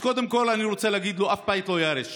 אז קודם כול אני רוצה להגיד לו: אף בית לא ייהרס שם.